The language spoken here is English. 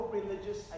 religious